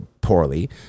poorly